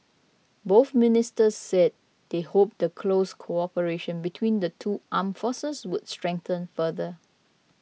both ministers said they hoped the close cooperation between the two armed forces would strengthen further